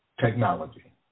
technology